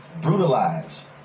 brutalize